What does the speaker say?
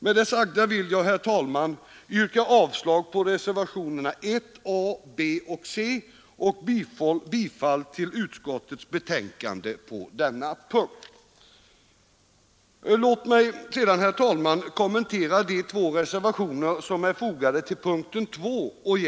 Med det sagda vill jag, herr talman, yrka avslag på reservationerna 1 a, b och c och bifall till utskottets betänkande vid denna del av punkten 2.